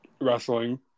wrestling